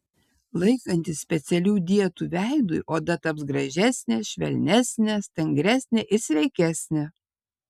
laikantis specialių dietų veidui oda taps gražesnė švelnesnė stangresnė ir sveikesnė